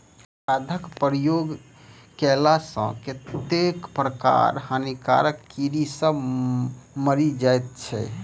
खादक प्रयोग कएला सॅ कतेको प्रकारक हानिकारक कीड़ी सभ मरि जाइत छै